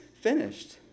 finished